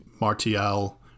Martial